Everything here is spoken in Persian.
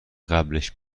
قبلش